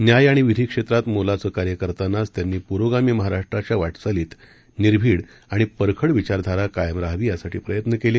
न्याय आणि विधी क्षेत्रात मोलाचे कार्य करतानाच त्यांनी पुरोगामी महाराष्ट्राच्या वाटचालीत निर्भीड आणि परखड विचारधारा कायम राहावी यासाठी प्रयत्न केले